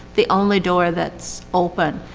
the only door that's open.